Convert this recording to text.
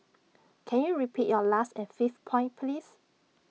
can you repeat your last and fifth point please